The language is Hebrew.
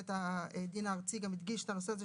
בית הדין הארצי גם הדגיש את הנושא הזה,